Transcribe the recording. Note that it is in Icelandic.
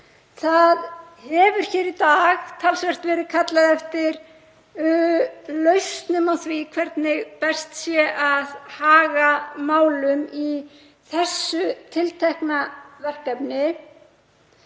dag hefur talsvert verið kallað eftir lausnum á því hvernig best sé að haga málum í þessu tiltekna verkefni.